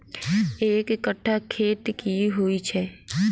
एक कट्ठा खेत की होइ छै?